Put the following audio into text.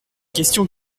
question